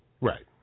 Right